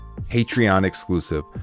Patreon-exclusive